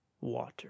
water